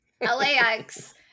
LAX